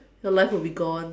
your life will be gone